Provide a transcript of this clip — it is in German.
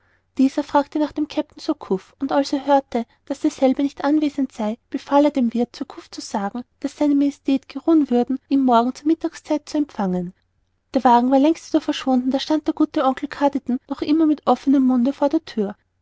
dieser fragte nach dem kapitän surcouf und als er hörte daß derselbe nicht anwesend sei befahl er dem wirth surcouf zu sagen daß seine majestät geruhen würden ihn morgen zur mittagszeit zu empfangen der wagen war längst wieder verschwunden da stand der gute oncle carditon noch immer mit offenem munde vor der thür